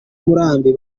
murambi